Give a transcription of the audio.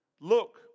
Look